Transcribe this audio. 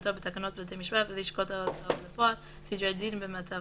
כהגדרתו בתקנות בתי המשפט ולשכות ההוצאה לפועל (סדרי דין במצב